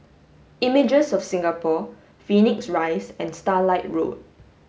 Images of Singapore Phoenix Rise and Starlight Road